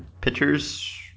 pitchers